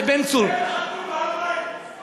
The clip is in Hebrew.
אין לך כלום בהר-הבית, סביב הר-הבית.